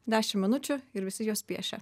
dešimt minučių ir visi jos piešia